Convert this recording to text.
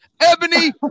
Ebony